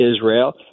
Israel